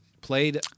played